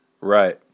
Right